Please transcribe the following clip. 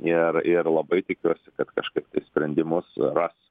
ir ir labai tikiuosi kad kažkaip tai sprendimus ras